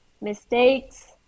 mistakes